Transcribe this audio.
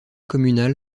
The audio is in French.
communale